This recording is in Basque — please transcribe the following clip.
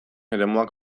eremuak